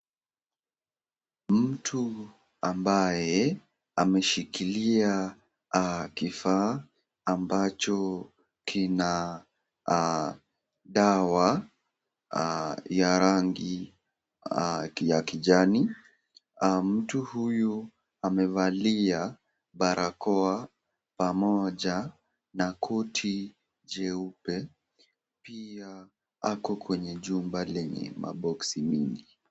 Mtua ambaye ameshikilia kifaa ambacho kina dawa ya rangi ya kijani. Mtu huyu amevalia barakoa pamoja na koti jeupe pia ako kwenye jumba lenye maboksi mingi.